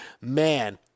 man